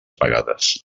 vegades